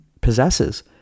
possesses